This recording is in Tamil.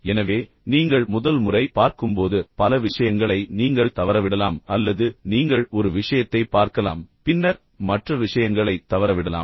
எனவே நீங்கள் முதல் முறை பார்க்கும் போது பல விஷயங்களை நீங்கள் தவறவிடலாம் அல்லது நீங்கள் ஒரு விஷயத்தைப் பார்க்கலாம் பின்னர் மற்ற விஷயங்களைத் தவறவிடலாம்